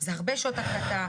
זה הרבה שעות הקלטה,